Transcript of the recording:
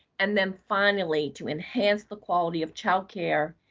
and then finally, to enhance the quality of child care,